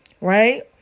Right